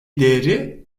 değeri